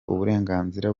uburenganzira